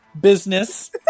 business